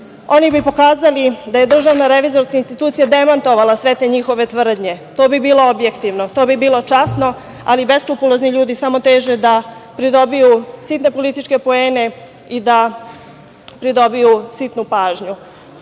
oni bi pokazali da je DRI demantovala sve te njihove tvrdnje. To bi bilo objektivno, to bi bilo časno, ali beskrupulozni ljudi samo teže da pridobiju sitne političke poene i da pridobiju sitnu pažnju. Narodna